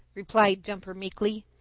replied jumper meekly.